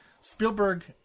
Spielberg